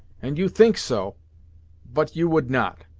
and you think so but you would not.